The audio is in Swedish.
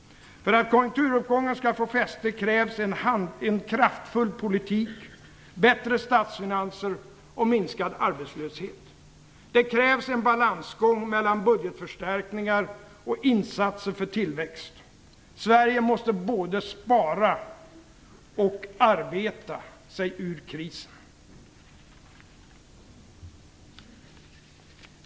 För att konjunkturuppgången skall få fäste krävs det en kraftfull politik, bättre statsfinanser och minskad arbetslöshet. Det krävs en balansgång mellan budgetförstärkningar och insatser för tillväxt. Sverige måste både spara och arbeta sig ur krisen.